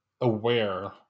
aware